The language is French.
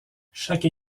chaque